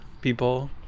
people